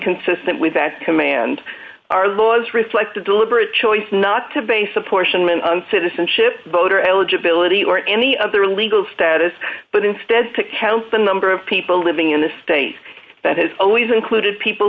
inconsistent with that command our laws reflect a deliberate choice not to base apportionment on citizenship voter eligibility or any other legal status but instead to count the number of people living in the state that has always included people